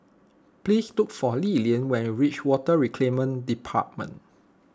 please look for Lilian when you reach Water Reclamation Department